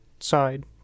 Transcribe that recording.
side